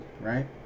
right